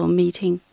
meeting